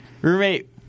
roommate